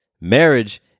Marriage